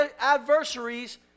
adversaries